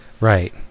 Right